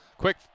Quick